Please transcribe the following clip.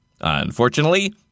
Unfortunately